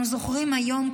אנו זוכרים היום,